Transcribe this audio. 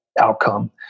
outcome